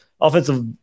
Offensive